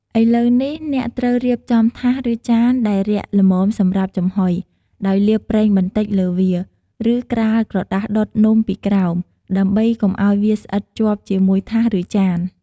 ឥឡូវនេះ អ្នកត្រូវរៀបចំថាស ឬចានដែលរាក់ល្មមសម្រាប់ចំហុយ ដោយលាបប្រេងបន្តិចលើវា ឬក្រាលក្រដាសដុតនំពីក្រោម ដើម្បីកុំឱ្យវាស្អិតជាប់ជាមួយថាស ឬ ចាន។